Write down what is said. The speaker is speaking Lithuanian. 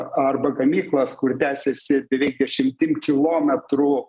arba gamyklas kur tęsiasi beveik dešimtim kilometrų